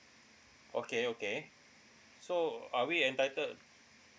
okay okay so are we entitled